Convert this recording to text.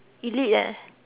elite eh